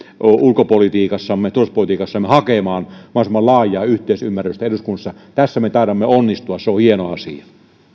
ulkopolitiikassamme turvallisuuspolitiikassamme hakemaan mahdollisimman laajaa yhteisymmärrystä eduskunnassa tässä me taidamme onnistua se on hieno asia